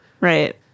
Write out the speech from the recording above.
Right